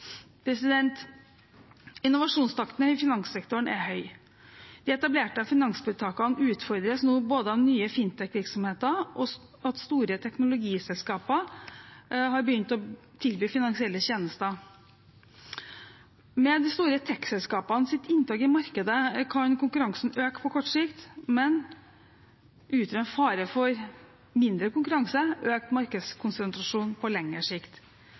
Innovasjonstakten i finanssektoren er høy. De etablerte finanstiltakene utfordres nå både av nye fintech-virksomheter og av at store teknologiselskaper har begynt å tilby finansielle tjenester. Med de store tech-selskapenes inntog i markedet kan konkurransen øke på kort sikt, men utgjøre en fare for mindre konkurranse og økt markedskonsentrasjon på lengre sikt.